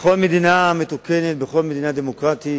בכל מדינה מתוקנת, בכל מדינה דמוקרטית,